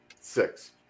six